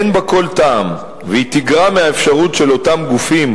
אין בה כל טעם, והיא תגרע מהאפשרות של אותם גופים,